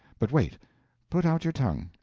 but wait put out your tongue.